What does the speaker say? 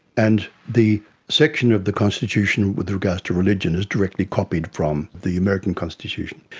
and the section of the constitution with regards to religion is directly copied from the american constitution,